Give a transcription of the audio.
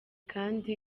kandi